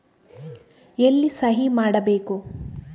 ಎಲ್ಲಿ ಸಹಿ ಮಾಡಬೇಕು?